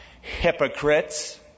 Hypocrites